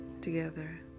Together